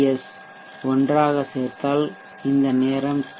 எஸ்TS ஒன்றாக சேர்த்தால் இந்த நேரம் டி